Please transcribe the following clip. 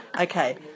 Okay